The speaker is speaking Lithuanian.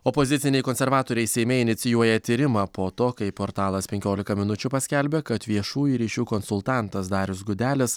opoziciniai konservatoriai seime inicijuoja tyrimą po to kai portalas penkiolika minučių paskelbė kad viešųjų ryšių konsultantas darius gudelis